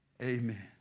amen